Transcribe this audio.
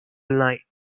night